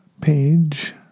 page